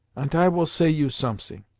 ant i will say you somesing